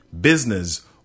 business